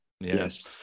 yes